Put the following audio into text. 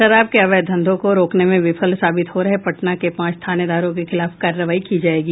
शराब के अवैध धंधों को रोकने में विफल साबित हो रहे पटना के पांच थानेदारों के खिलाफ कार्रवाई की जायेगी